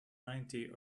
ninety